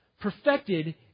perfected